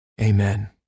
amen